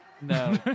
No